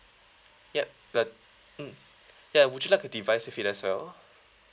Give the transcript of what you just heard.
ya the mm ya would you like a device with it as well